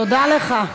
תודה לך.